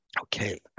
Okay